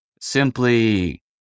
simply